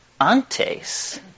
antes